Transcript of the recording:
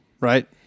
right